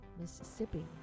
Mississippi